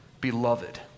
beloved